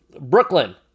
Brooklyn